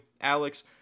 Alex